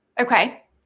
Okay